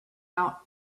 out